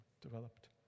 developed